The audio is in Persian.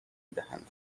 میدهند